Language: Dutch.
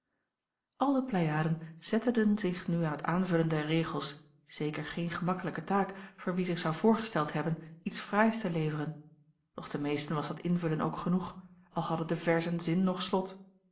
al de pleiaden zetteden zich nu aan het aanvullen der regels zeker geen gemakkelijke taak voor wie zich zou voorgesteld hebben iets fraais te leveren doch den meesten was dat invullen ook genoeg al hadden de verzen zin noch slot